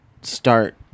start